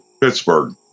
Pittsburgh